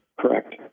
Correct